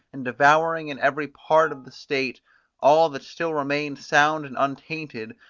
and devouring in every part of the state all that still remained sound and untainted,